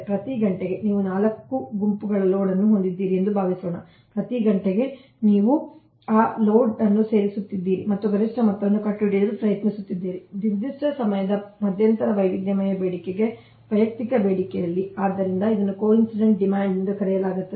ಪ್ರತಿ ಘಂಟೆಗೆ ನೀವು 4 ಗುಂಪುಗಳ ಲೋಡ್ ಅನ್ನು ಹೊಂದಿದ್ದೀರಿ ಎಂದು ಭಾವಿಸೋಣ ಪ್ರತಿ ಘಂಟೆಗೆ ನೀವು ಆ ಲೋಡ್ ಅನ್ನು ಸೇರಿಸುತ್ತಿದ್ದೀರಿ ಮತ್ತು ಗರಿಷ್ಠ ಮೊತ್ತವನ್ನು ಕಂಡುಹಿಡಿಯಲು ಪ್ರಯತ್ನಿಸುತ್ತಿದ್ದೀರಿ ನಿರ್ದಿಷ್ಟ ಸಮಯದ ಮಧ್ಯಂತರದಲ್ಲಿ ವೈವಿಧ್ಯಮಯ ಬೇಡಿಕೆಗೆ ವೈಯಕ್ತಿಕ ಬೇಡಿಕೆಯಲ್ಲಿ ಆದ್ದರಿಂದ ಇದನ್ನು ಕೋಇನ್ಸಿಡೆಂಟ್ ಡಿಮಾಂಡ್ ಎಂದು ಕರೆಯಲಾಗುತ್ತದೆ